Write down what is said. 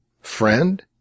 Friend